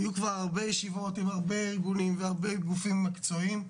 היו הרבה ישיבות עם הרבה ארגונים והרבה גופים מקצועיים,